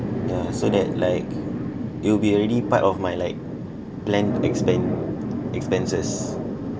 the so that like it'll be already part of my like plan expen~ expenses